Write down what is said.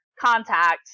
contact